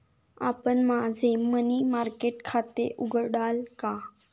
आपण माझे money market खाते उघडाल का?